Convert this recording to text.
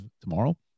tomorrow